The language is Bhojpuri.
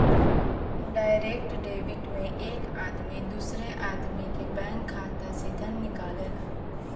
डायरेक्ट डेबिट में एक आदमी दूसरे आदमी के बैंक खाता से धन निकालला